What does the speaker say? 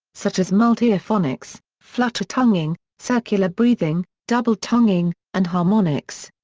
such as multiphonics, flutter-tonguing, circular breathing, double tonguing, and harmonics.